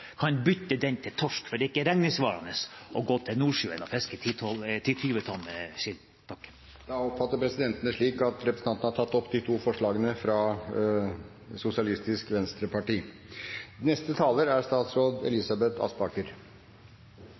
kan bytte dem til torsk, for det svarer seg ikke økonomisk å gå til Nordsjøen og fiske 10–20 tonn med sild. Presidenten oppfatter det slik at representanten Ingebrigtsen har tatt opp de to forslagene som han refererte til. Å lykkes med rekruttering til fiskerinæringen er